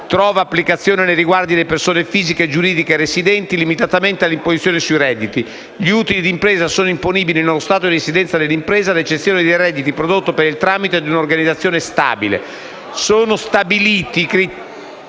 trova applicazione nei riguardi delle persone fisiche e giuridiche residenti, limitatamente all'imposizione sui redditi. Gli utili di impresa sono imponibili nello Stato di residenza dell'impresa, ad eccezione dei redditi prodotti per il tramite di una organizzazione stabile. Sono stabiliti i criteri